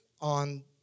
on